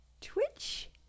Twitch